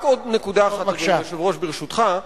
רק עוד נקודה אחת, אדוני היושב-ראש, ברשותך.